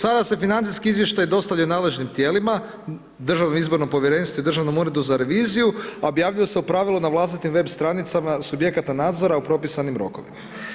Sada se financijski izvještaj dostavlja nadležnim tijelima, Državnom izbornom povjerenstvu i Državnom uredu za reviziju, a objavljuju se u pravilu na vlastitim web stranicama subjekata nadzora u propisanim rokovima.